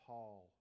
Paul